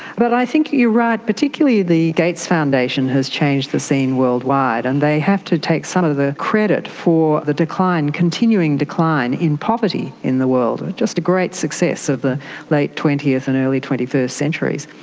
but i think you're right, particularly the gates foundation has changed the scene worldwide, and they have to take some of the credit for the continuing decline in poverty in the world, just a great success of the late twentieth and early twenty first centuries.